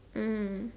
mm